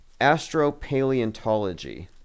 astropaleontology